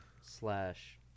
slash